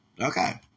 Okay